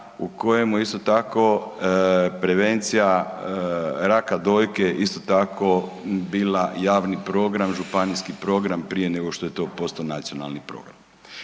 u kojemu isto tako prevencija raka dojke isto tako bila javni program, županijski program prije nego što je to postao nacionalni program.